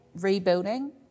rebuilding